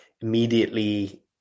immediately